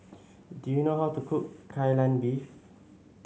do you know how to cook Kai Lan Beef